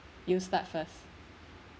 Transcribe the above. you start first